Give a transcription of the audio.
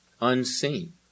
unseen